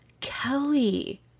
Kelly